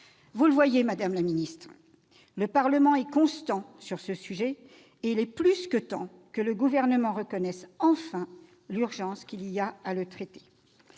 Vous le voyez, madame la secrétaire d'État, le Parlement est constant sur ce sujet, et il est plus que temps que le Gouvernement reconnaisse enfin l'urgence qu'il y a à le traiter.